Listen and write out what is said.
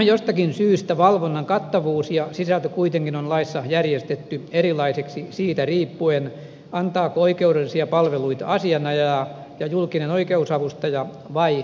jostakin syystä valvonnan kattavuus ja sisältö kuitenkin on laissa järjestetty erilaiseksi riip puen siitä antaako oikeudellisia palveluita asianajaja ja julkinen oikeusavustaja vai lupalakimies